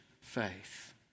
faith